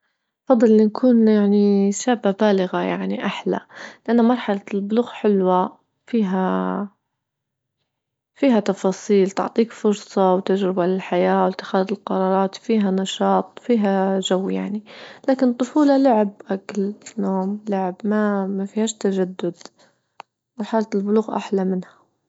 أفضل أنى نكون يعني شابة بالغة يعني أحلى، لأنه مرحلة البلوغ حلوة فيها-فيها تفاصيل تعطيك فرصة وتجربة للحياة ولأتخاذ القرارات فيها نشاط فيها جو يعني، لكن الطفولة لعب أكل نوم لعب ما مافيهاش تجدد مرحلة البلوغ أحلى منها.